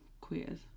queers